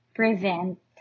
prevent